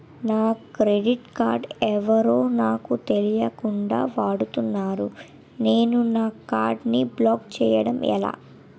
నా credit card ఎవరో నాకు తెలియకుండా వాడుకున్నారు నేను నా కార్డ్ ని బ్లాక్ చేయడం ఎలా?